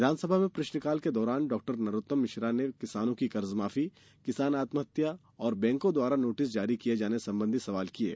विधानसभा में प्रश्नकाल के दौरान डॉ नरोत्तम मिश्रा ने किसानों की कर्जमाफी किसान आत्महत्या और बैंकों द्वारा नोटिस जारी किये जाने संबंधी सवाल किये